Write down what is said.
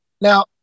Now